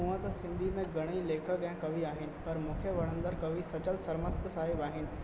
हूंअं त सिंधी में घणेई लेखक ऐं कवि आहिनि पर मूंखे वणंदड़ कवि सचल सरमस्त साहिबु आहिनि